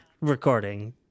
recording